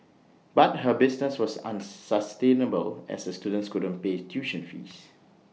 but her business was unsustainable as her students couldn't pay tuition fees